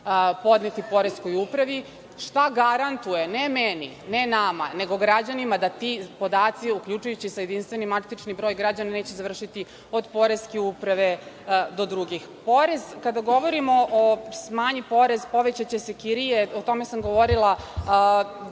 podneti poreskoj upravi? Šta garantuje, ne meni, ne nama, nego građanima da ti podaci, uključujući sa jedinstvenim matičnim brojem građana, neće završiti kod poreske uprave do drugih? Kada govorimo o – smanji porez, povećaće se kirije, o tome sam govorila